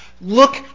look